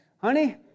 honey